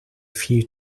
few